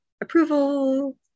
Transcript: approval